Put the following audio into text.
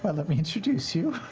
um let me introduce you.